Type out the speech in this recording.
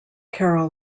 carol